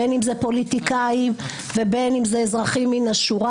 בין אם זה פוליטיקאים ובין אם זה אזרחים מן השורה.